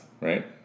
right